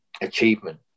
achievement